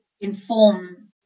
inform